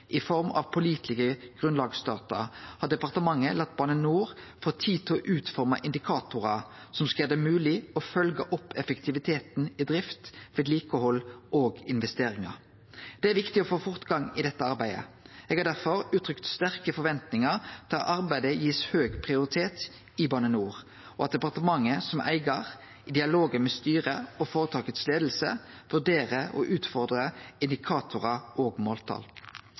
i form av pålitelege grunnlagsdata, har departementet late Bane NOR få tid til å utforme indikatorar som skal gjere det mogleg å følgje opp effektiviteten i drift, vedlikehald og investeringar. Det er viktig å få fortgang i dette arbeidet. Eg har derfor uttrykt sterke forventningar til at arbeidet blir gitt høg prioritet i Bane NOR, og at departementet som eigar i dialogen med styret og leiinga i føretaket vurderer å utfordre indikatorar og måltal.